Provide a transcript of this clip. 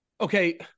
okay